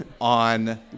on